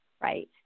right